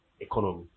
Economy